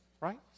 right